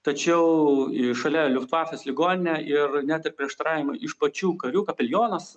tačiau šalia liuftvafės ligoninė ir net ir prieštaravimai iš pačių karių kapelionas